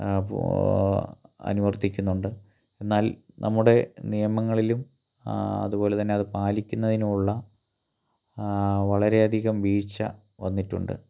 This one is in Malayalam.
അപ്പോൾ അനുവർത്തിക്കുന്നുണ്ട് എന്നാൽ നമ്മുടെ നിയമങ്ങളിലും അതുപോലെത്തന്നെ അത് പാലിക്കുന്നതിനും ഉള്ള വളരെ അധികം വീഴ്ച വന്നിട്ടുണ്ട്